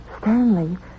Stanley